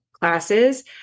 classes